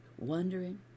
wondering